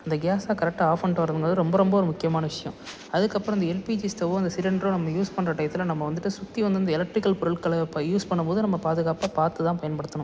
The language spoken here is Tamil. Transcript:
இந்த கேஸை கரெக்டாக ஆஃப் பண்ணிட்டு வர்ணுங்கிறது ரொம்ப ரொம்ப முக்கியமான விஷயம் அதுக்கப்புறம் அந்த எல்பிஜி ஸ்டவ்வும் அந்த சிலிண்ட்ரும் நம்ம யூஸ் பண்ணுற டயத்தில் நம்ம வந்துட்டு சுற்றி வந்து அந்த எலக்ட்ரிக்கல் பொருட்கள யூஸ் பண்ணும்போது நம்ம பாதுகாப்பாக பார்த்துதான் பயன்படுத்தணும்